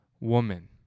woman